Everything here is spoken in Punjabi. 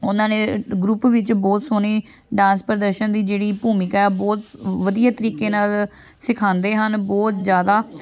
ਉਹਨਾਂ ਨੇ ਗਰੁੱਪ ਵਿੱਚ ਬਹੁਤ ਸੋਹਣੀ ਡਾਂਸ ਪ੍ਰਦਰਸ਼ਨ ਦੀ ਜਿਹੜੀ ਭੂਮਿਕਾ ਬਹੁਤ ਵਧੀਆ ਤਰੀਕੇ ਨਾਲ ਸਿਖਾਉਂਦੇ ਹਨ ਬਹੁਤ ਜ਼ਿਆਦਾ